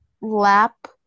lap